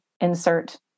insert